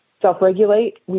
Self-regulate